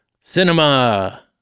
Cinema